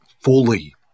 fully